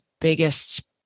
biggest